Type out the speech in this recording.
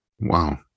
wow